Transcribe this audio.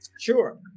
Sure